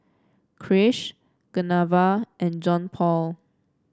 Krish Geneva and Johnpaul